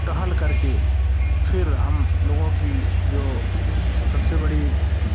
टहल करके फिर हम लोगों की जो सबसे बड़ी